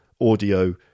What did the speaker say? audio